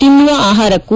ತಿನ್ನುವ ಆಹಾರಕ್ಕೂ